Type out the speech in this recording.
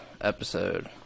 episode